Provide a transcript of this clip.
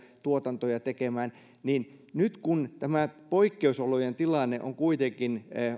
tuotantoja tekemään nyt kun tämä poikkeusolojen tilanne on kuitenkin